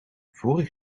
vorig